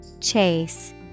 Chase